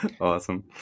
Awesome